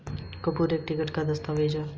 coupon एक ticket या दस्तावेज़ है